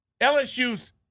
LSU's